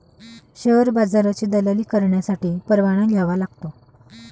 share बाजाराची दलाली करण्यासाठी परवाना घ्यावा लागतो